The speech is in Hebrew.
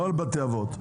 לא על בתי אבות.